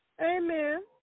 Amen